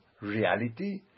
reality